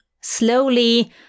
slowly